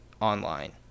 online